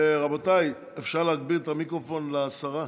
רבותיי, אפשר להגביר את המיקרופון לשרה?